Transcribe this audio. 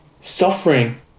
suffering